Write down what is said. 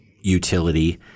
utility